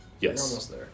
Yes